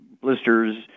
Blisters